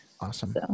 Awesome